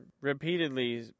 repeatedly